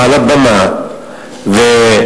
מעל הבמה,